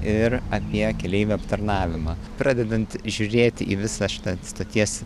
ir apie keleivių aptarnavimą pradedant žiūrėti į visą šitą stoties